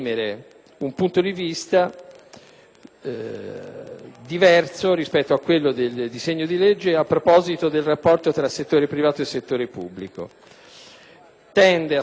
diverso rispetto a quello del disegno di legge a proposito del rapporto fra settore privato e settore pubblico.